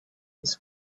his